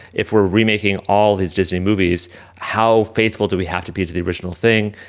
if we're remaking all these disney movies how faithful do we have to be to the original thing.